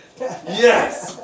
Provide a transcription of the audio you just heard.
Yes